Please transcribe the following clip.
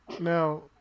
now